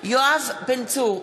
יואב בן צור,